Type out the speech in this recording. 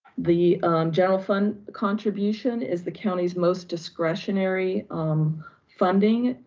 the general fund contribution is the county's most discretionary funding.